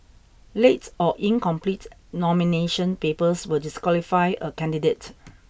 late or incomplete nomination papers will disqualify a candidate